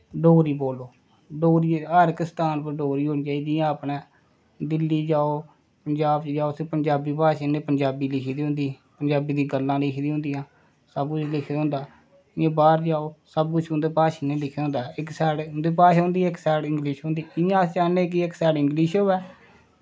डोगरी बोलो हर इक्क स्टाम्प पर डोगरी होनी चाहिदी जियां अपने दिल्ली जाओ पंजाब जाओ उत्थै पंजाबी भाशा नै पंजाबी लिखी दी होंदी पंजाबी दियां गल्लां लिखी दियां होंदियां सबकुछ लिखे दा होंदा इंया बाहर जाओ सबकुछ उंदी भाशा नै लिखे दा होंदा इक साईड उंदी भाशा होंदी इक्क साईड इंगलिश होंदी इंया अस चाह्न्ने की इक साईड इंगलिश होऐ